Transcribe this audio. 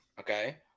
Okay